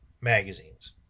magazines